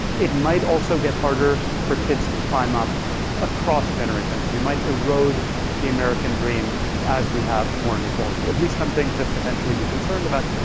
it might also get harder for kids to climb up across generations. we might erode the american dream as we have more inequality. at least something to potentially be concerned about,